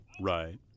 Right